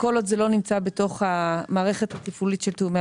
כל עוד זה לא נמצא בתוך המערכת התפעולית של תיאומי